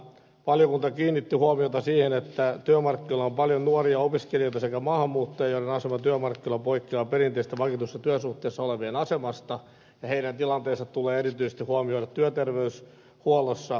valiokunta kiinnitti huomiota siihen että työmarkkinoilla on paljon nuoria opiskelijoita sekä maahanmuuttajia joiden asema työmarkkinoilla poikkeaa perinteisessä vakituisessa työsuhteessa olevien asemasta ja heidän tilanteensa tulee erityisesti huomioida työterveyshuollossa